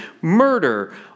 Murder